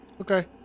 Okay